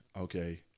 okay